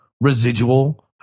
residual